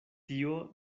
tio